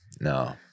No